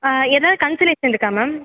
ஏதாது கண்சிலேஷன் இருக்கா மேம்